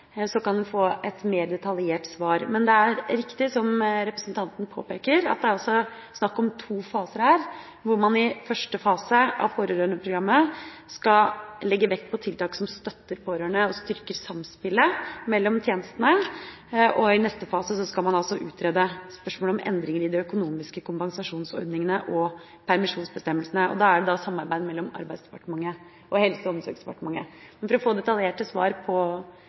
så kan man få et mer detaljert svar. Men det er riktig som representanten påpeker, at det er snakk om to faser, hvor man i første fase av pårørendeprogrammet skal legge vekt på tiltak som støtter pårørende og styrker samspillet mellom tjenestene. I neste fase skal man utrede spørsmål om endringene i de økonomiske kompensasjonsordningene og permisjonsbestemmelsene. Dette er et samarbeid mellom Arbeidsdepartementet og Helse- og omsorgsdepartementet. For å få detaljerte svar på